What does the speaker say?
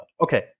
Okay